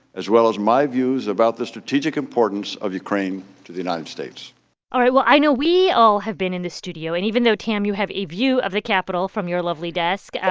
as well as my views about the strategic importance of ukraine to the united states all right. well, i know we all have been in the studio. and even though, tam, you have a view of the capitol from your lovely desk, and